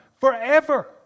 forever